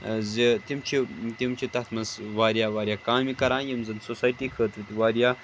زِ تِم چھِ تِم چھِ تَتھ منٛز واریاہ واریاہ کامہِ کران یِم زَن سوسایٹِی خٲطرٕ تہِ وارِیاہ